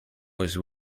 was